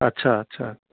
اچھا اچھا